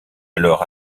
alors